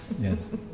yes